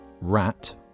rat